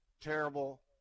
terrible